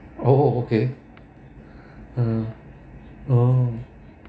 oh okay mm oh